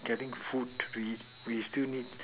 getting food we we still need